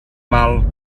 mal